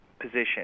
position